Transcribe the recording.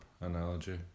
analogy